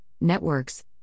networks